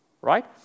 right